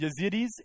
Yazidis